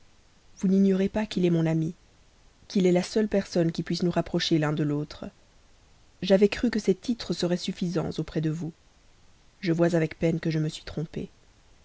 vous n'ignorez pas qu'il est mon ami que c'est la seule personne qui puisse nous rapprocher l'un de l'autre j'avais cru que ces titres seraient suffisants auprès de vous je vois avec peine que je me suis trompé